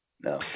No